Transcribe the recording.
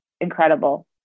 incredible